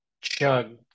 chug